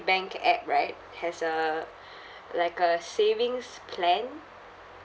bank app right has a like a savings plan